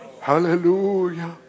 Hallelujah